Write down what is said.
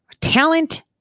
talent